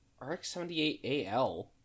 RX78AL